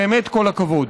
באמת כל הכבוד.